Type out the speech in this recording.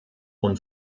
und